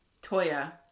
Toya